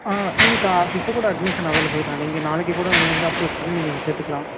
நீங்கள் இப்ப இப்போ கூட அட்மிஷன் அவைலபல் தான் நீங்கள் நாளைக்கு கூட நீ வந்து அப்ரோச் பண்ணி நீங்கள் இங்கே சேர்த்துக்குலாம்